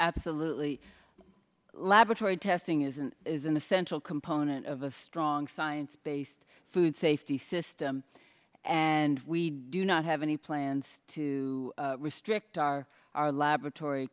absolutely laboratory testing isn't is an essential component of a strong science based food safety system and we do not have any play and to restrict our our laboratory